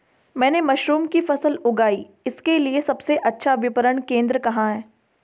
मैंने मशरूम की फसल उगाई इसके लिये सबसे अच्छा विपणन केंद्र कहाँ है?